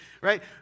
Right